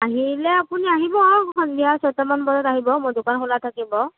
আনিলে আপুনি আহিব সন্ধিয়া ছটামান বজাত আহিব মোৰ দোকান খোলা থাকিব